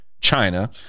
China